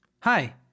Hi